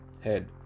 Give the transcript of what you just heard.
head